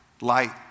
light